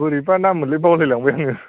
बोरैबा नाममोनलै बावलाय लांबाय आङो